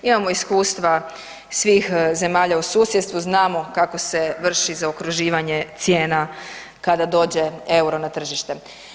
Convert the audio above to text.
Imamo iskustva svih zemalja u susjedstvu, znamo kako se vrši zaokruživanje cijena kada dođe EUR-o na tržište.